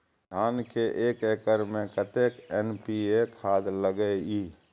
धान के एक एकर में कतेक एन.पी.ए खाद लगे इ?